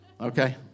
Okay